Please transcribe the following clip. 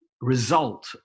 result